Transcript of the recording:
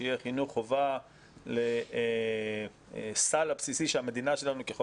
שיהיה חינוך חובה לסל הבסיסי של המדינה שלנו ככל